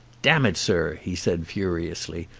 damn it, sir, he said furiously,